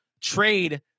trade